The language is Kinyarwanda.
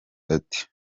ati